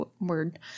word